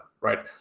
right